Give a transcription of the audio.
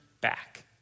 back